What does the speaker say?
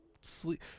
sleep